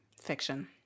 Fiction